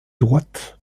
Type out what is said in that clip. droite